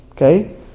Okay